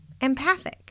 empathic